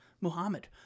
Muhammad